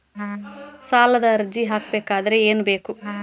ಸಾಲದ ಅರ್ಜಿ ಹಾಕಬೇಕಾದರೆ ಏನು ಬೇಕು?